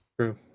True